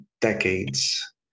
decades